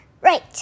Right